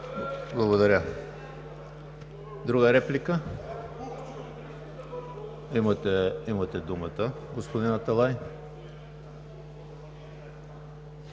Благодаря. Друга реплика? Имате думата, господин Аталай.